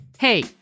Hey